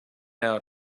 out